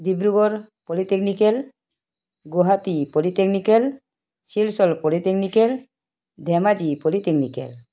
Dibrugarh polytechnical Guwahati polytechnical Silchar polytechnical Dhemaji polytechnical